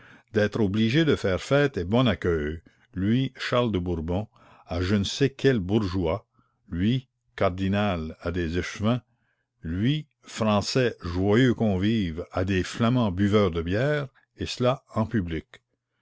d'être obligé de faire fête et bon accueil lui charles de bourbon à je ne sais quels bourgeois lui cardinal à des échevins lui français joyeux convive à des flamands buveurs de bière et cela en public